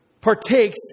partakes